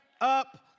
up